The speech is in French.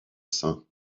saint